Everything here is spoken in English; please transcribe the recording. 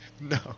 No